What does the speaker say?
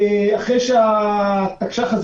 אחרי שהתקש"ח הזה